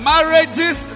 Marriages